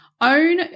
own